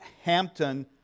Hampton